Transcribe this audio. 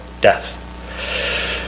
death